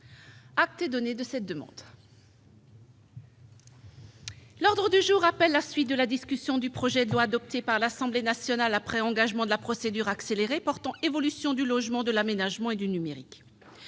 Acte est donné de cette demande. L'ordre du jour appelle la suite de la discussion du projet de loi, adopté par l'Assemblée nationale après engagement de la procédure accélérée, portant évolution du logement, de l'aménagement et du numérique